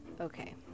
Okay